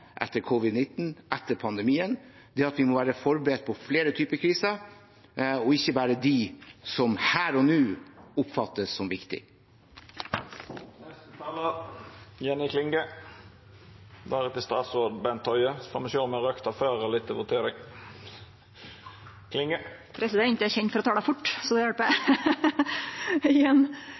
etter covid-19, etter pandemien, er at vi må være forberedt på flere typer kriser, og ikke bare på dem som her og nå oppfattes som viktige. Neste talar etter representanten Jenny Klinge er statsråd Bent Høie. Så får me sjå om me rekk det før voteringa. Eg er kjend for å tale fort, så det hjelper!